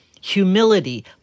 humility